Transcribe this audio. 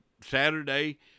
Saturday